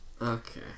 Okay